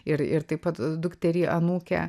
ir ir taip pat dukterį anūkę